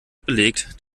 belegt